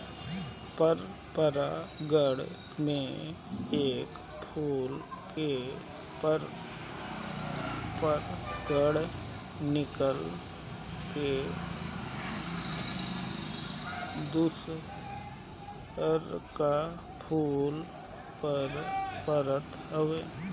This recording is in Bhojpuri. परपरागण में एक फूल के परागण निकल के दुसरका फूल पर परत हवे